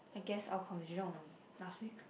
I guess our conversation on last week